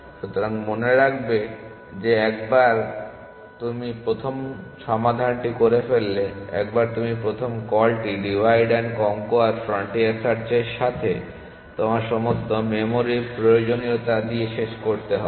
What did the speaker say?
সুতরাং মনে রাখবে যে একবার তুমি প্রথমটি সমাধান করে ফেললে একবার তুমি প্রথম কলটি ডিভাইড অ্যান্ড কনক্যুয়ার ফ্রন্টিয়ার সার্চের সাথে তোমার সমস্ত মেমরির প্রয়োজনীয়তা দিয়ে শেষ করতে হবে